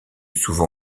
souvent